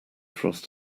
frost